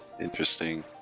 interesting